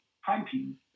hunting